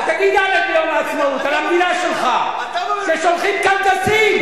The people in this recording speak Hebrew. תגיד הלל ביום העצמאות על המדינה שלך ששולחים קלגסים.